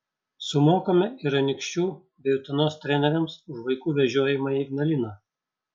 sumokame ir anykščių bei utenos treneriams už vaikų vežiojimą į ignaliną